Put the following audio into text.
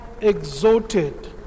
exalted